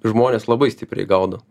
žmonės labai stipriai gaudo